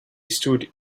stood